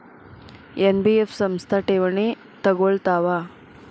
NBF ಸಂಸ್ಥಾ ಠೇವಣಿ ತಗೋಳ್ತಾವಾ?